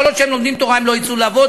כל עוד הם לומדים תורה הם לא יצאו לעבוד,